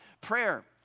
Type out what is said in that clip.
Prayer